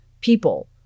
people